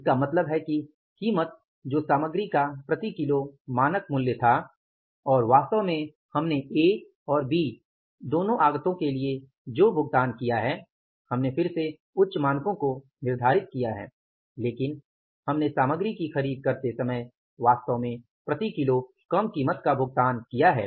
इसका मतलब है कि कीमत जो सामग्री का प्रति किलो मानक मूल्य था और वास्तव में हमने ए और बी दोनों आगतो के लिए जो भुगतान किया है हमने फिर से उच्च मानकों को निर्धारित किया है लेकिन हमने सामग्री की खरीद करते समय वास्तव में प्रति किलो कम कीमत का भुगतान किया है